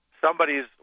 somebody's